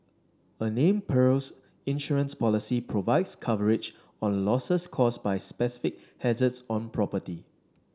a named perils insurance policy provides coverage on losses caused by specific hazards on property